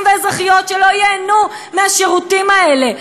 ואזרחיות שלא ייהנו מהשירותים האלה.